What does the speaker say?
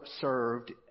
served